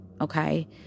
Okay